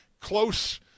close